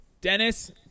Dennis